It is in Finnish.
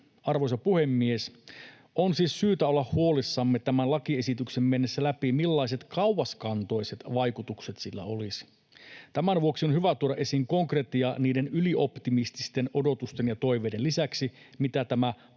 Arvoisa puhemies! On siis syytä olla huolissamme tämän lakiesityksen mennessä läpi siitä, millaiset kauaskantoiset vaikutukset sillä olisi. Tämän vuoksi on hyvä tuoda esiin konkretia niiden ylioptimististen odotusten ja toiveiden lisäksi, mitä tämä paikallisen